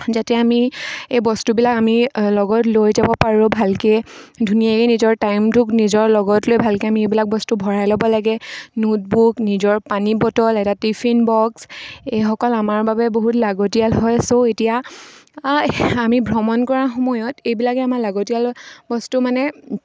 যাতে আমি এই বস্তুবিলাক আমি লগত লৈ যাব পাৰোঁ ভালকৈ ধুনীয়াকৈ নিজৰ টাইমটোক নিজৰ লগত লৈ ভালকৈ আমি এইবিলাক বস্তু ভৰাই ল'ব লাগে নোটবুক নিজৰ পানী বটল এটা টিফিন বক্স এইসকল আমাৰ বাবে বহুত লাগতিয়াল হয় ছ' এতিয়া আমি ভ্ৰমণ কৰা সময়ত এইবিলাকে আমাৰ লাগতিয়াল বস্তু মানে